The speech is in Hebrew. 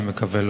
אני מקווה,